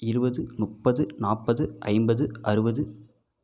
இருபது முப்பது நாற்பது ஐம்பது அறுபது